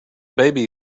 baby